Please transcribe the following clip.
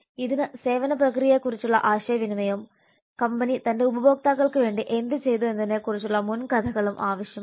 ഇതിന് സേവന പ്രക്രിയയെക്കുറിച്ചുള്ള ആശയവിനിമയവും കമ്പനി തന്റെ ഉപഭോക്താക്കൾക്ക് വേണ്ടി എന്തു ചെയ്തു എന്നതിനെക്കുറിച്ചുള്ള മുൻ കഥകളും ആവശ്യമാണ്